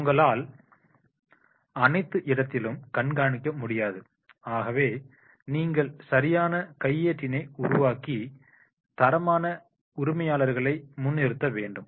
உங்களால் அனைத்து இடத்திலும் கண்காணிக்க முடியாது ஆகவே நீங்கள் சரியான கையேட்டினை உருவாக்கி தரமான உரிமையாளர்களை முன் நிறுத்த வேண்டும்